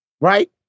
right